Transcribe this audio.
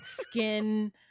skin